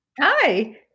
Hi